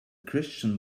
christian